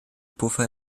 puffer